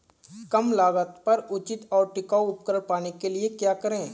कम लागत पर उचित और टिकाऊ उपकरण पाने के लिए क्या करें?